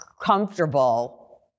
comfortable